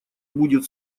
будет